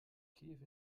kiew